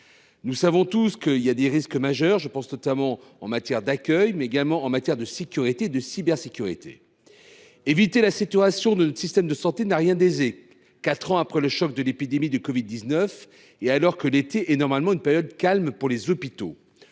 Nous savons tous qu’il y aura des risques majeurs, notamment en matière d’accueil, mais également de sécurité et de cybersécurité. Éviter la saturation de notre système de santé n’a rien d’aisé, quatre ans après le choc de l’épidémie de covid 19 et alors que l’été est normalement une période calme pour les hôpitaux.